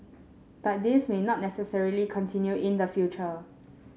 but this may not necessarily continue in the future